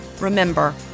remember